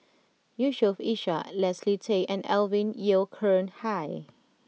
Yusof Ishak Leslie Tay and Alvin Yeo Khirn Hai